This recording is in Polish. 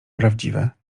prawdziwe